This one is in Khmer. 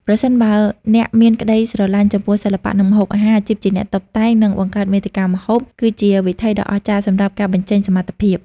ប្រសិនបើអ្នកមានក្តីស្រឡាញ់ចំពោះសិល្បៈ និងម្ហូបអាហារ អាជីពជាអ្នកតុបតែង និងបង្កើតមាតិកាម្ហូប គឺជាវិថីដ៏អស្ចារ្យសម្រាប់ការបញ្ចេញសមត្ថភាព។